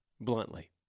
bluntly